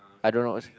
I don't know